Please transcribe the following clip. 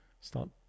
start